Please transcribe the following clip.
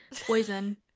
poison